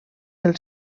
del